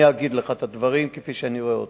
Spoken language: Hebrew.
אני אגיד לך את הדברים כפי שאני רואה אותם.